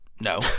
No